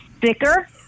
thicker